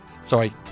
sorry